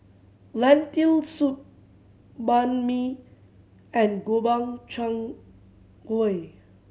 Lentil Soup Banh Mi and Gobchang Gui